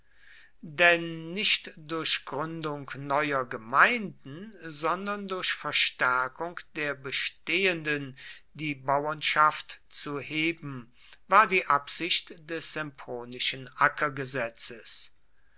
denn nicht durch gründung neuer gemeinden sondern durch verstärkung der bestehenden die bauernschaft zu heben war die absicht des sempronischen